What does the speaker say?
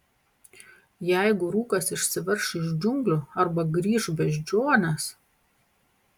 jeigu rūkas išsiverš iš džiunglių arba grįš beždžionės